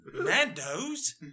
Nando's